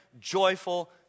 joyful